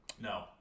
No